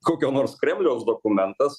kokio nors kremliaus dokumentas